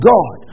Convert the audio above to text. God